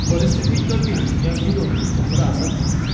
परिस्थिती कठीण या विरोध हो खरो आसच ना